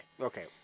Okay